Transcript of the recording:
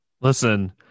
Listen